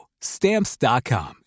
Stamps.com